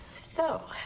so,